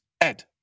Ed